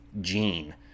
gene